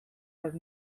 are